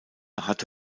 hatte